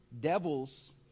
Devils